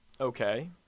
Okay